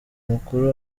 mukuru